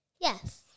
Yes